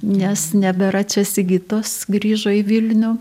nes nebėra čia sigitos grįžo į vilnių